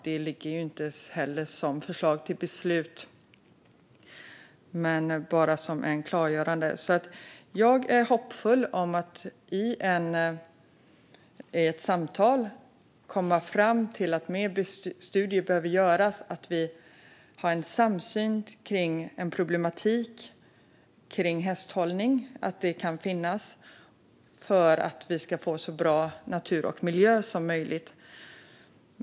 Den ligger inte som förslag till beslut - bara som ett klargörande. Jag är hoppfull om att i ett samtal komma fram till att fler studier behöver göras så att vi får en samsyn kring den problematik som kan finnas runt hästhållning för att få så bra natur och miljö som möjligt.